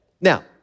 Now